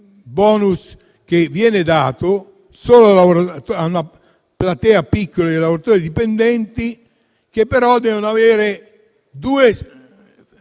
che viene dato solo a una piccola platea di lavoratori dipendenti, che però devono avere a